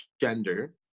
gender